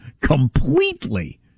completely